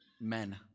men